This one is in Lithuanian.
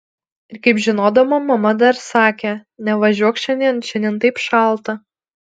ir kaip žinodama mama dar sakė nevažiuok šiandien šiandien taip šalta